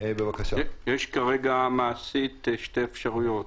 יש כרגע, מעשית, שתי אפשרויות.